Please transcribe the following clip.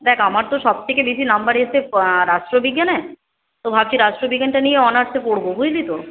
দেখ আমার তো সবথেকে বেশি নাম্বার এসেছে রাষ্ট্রবিজ্ঞানে তো ভাবছি রাষ্ট্রবিজ্ঞানটা নিয়েই অনার্সে পড়বো বুঝলি তো